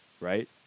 right